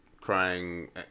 crying